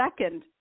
second